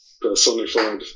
personified